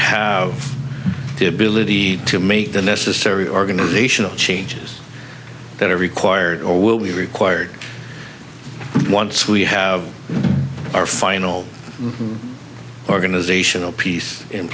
have the ability to make the necessary organizational changes that are required or will be required once we have our final organizational piece in